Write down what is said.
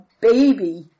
baby